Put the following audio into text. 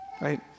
Right